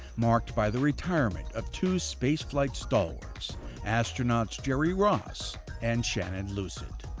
marked by the retirement of two spaceflight stalwarts astronauts jerry ross and shannon lucid.